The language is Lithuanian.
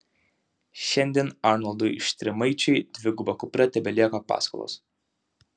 šiandien arnoldui štrimaičiui dviguba kupra tebelieka paskolos